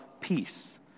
peace